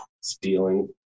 Stealing